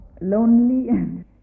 lonely